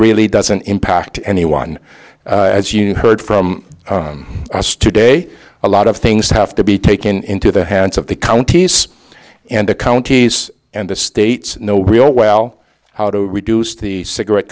really doesn't impact anyone as you heard from us today a lot of things have to be taken into the hands of the counties and the counties and the states no real well how to reduce the cigarette